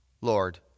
Lord